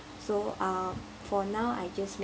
so uh for now I just